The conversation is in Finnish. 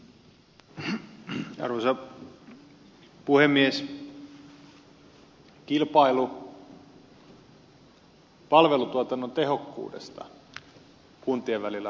kilpailu palvelutuotannon tehokkuudesta kuntien välillä on hyväksi